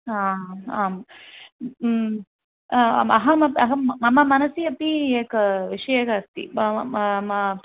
हा आम् अहमपि अहं मम मनसि अपि एक विषयः अस्ति मम